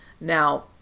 Now